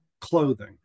clothing